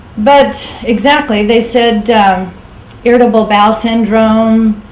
but exactly they said irritable bowel syndrome,